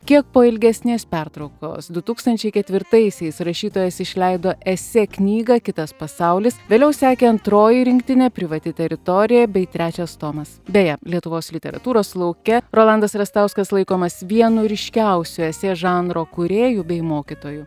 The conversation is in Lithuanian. kiek po ilgesnės pertraukos du tūkstančiai ketvirtaisiais rašytojas išleido esė knygą kitas pasaulis vėliau sekė antroji rinktinė privati teritorija bei trečias tomas beje lietuvos literatūros lauke rolandas rastauskas laikomas vienu ryškiausių esė žanro kūrėjų bei mokytojų